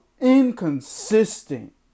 inconsistent